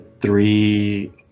three